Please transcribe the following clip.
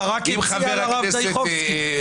הברק --- על הרב דיכובסקי.